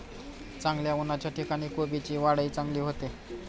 चांगल्या उन्हाच्या ठिकाणी कोबीची वाढही चांगली होते